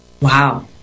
Wow